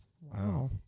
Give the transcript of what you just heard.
Wow